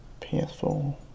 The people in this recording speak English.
PS4